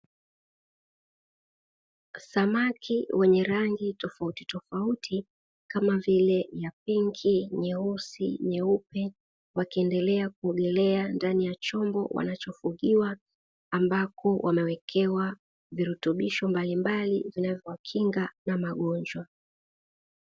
Samaki wenye rangi tofauti tofauti kama vile ya pinki, nyeusi, nyeupe, wakiendelea kuogelea ndani ya chombo wanachofugiwa, ambako wamewekewa virutubisho mbalimbali vinavyowakinga na magonjwa.